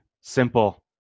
simple